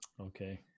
Okay